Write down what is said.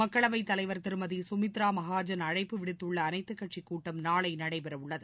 மக்களவைத் தலைவர் திருமதி சுமித்ரா மகாஜன் அழைப்பு விடுத்துள்ள அனைத்துக் கட்சிக் கூட்டம் நாளை நடைபெறவுள்ளது